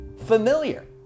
familiar